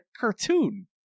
cartoon